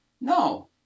No